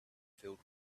filled